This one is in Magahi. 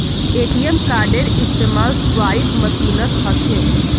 ए.टी.एम कार्डेर इस्तमाल स्वाइप मशीनत ह छेक